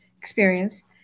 Experience